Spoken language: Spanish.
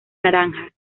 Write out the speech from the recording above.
naranja